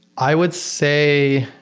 i would say